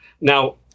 Now